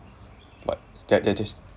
but they~ they're just